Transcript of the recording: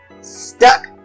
Stuck